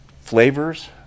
flavors